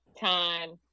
time